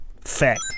Fact